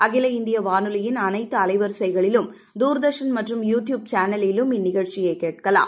அகில இந்திய வானொலியின் அனைத்து அலைவரிசைகளிலும் தூர்தர்ஷன் மற்றும் யூ ட்யூப் சானலிலும் கேட்கலாம்